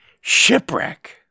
shipwreck